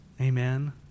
Amen